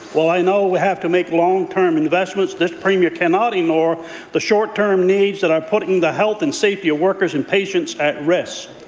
while i know we have to make long-term investments, this premier cannot ignore the short-term needs that are putting the health and safety of workers and patients at risk.